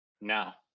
now